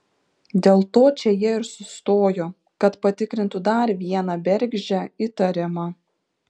dėl to čia jie ir sustojo kad patikrintų dar vieną bergždžią įtarimą